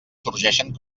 sorgeixen